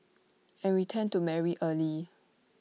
and we tend to marry early